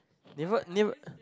never knew